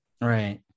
Right